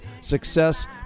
success